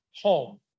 home